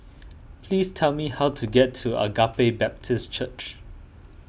please tell me how to get to Agape Baptist Church